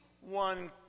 one